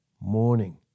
Morning